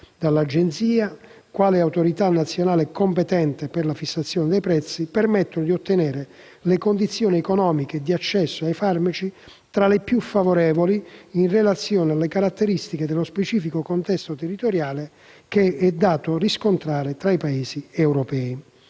dall'Agenzia, quale autorità nazionale competente per la fissazione dei prezzi, permettono di ottenere le condizioni economiche e di accesso ai farmaci tra le più favorevoli, in relazione alle caratteristiche dello specifico contesto territoriale considerato, che è dato riscontrare tra i Paesi europei.